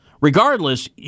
Regardless